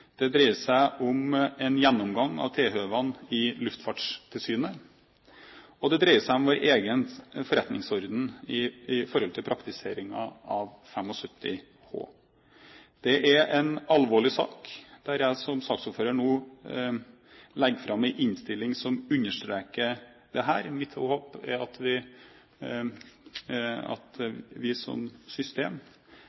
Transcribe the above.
Det dreier seg om en gjennomgang av tilhøvene i Luftfartstilsynet, og det dreier seg om vår egen forretningsorden knyttet opp mot praktiseringen av Grunnloven § 75 h. Det er en alvorlig sak, der jeg som saksordfører nå legger fram en innstilling som understreker dette. Mitt håp er at vi